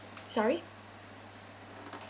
sorry